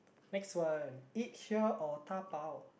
next one eat here or dabao